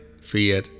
Fear